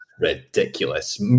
ridiculous